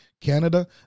Canada